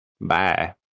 Bye